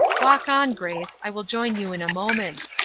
walk on, grace, i will join you in a moment,